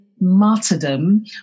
martyrdom